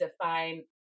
define